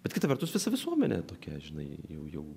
bet kita vertus visa visuomenė tokia žinai jau jau